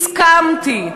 הסכמתי.